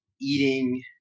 eating